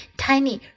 tiny